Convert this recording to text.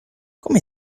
come